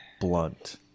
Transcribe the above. blunt